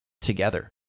together